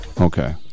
Okay